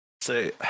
say